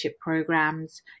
programs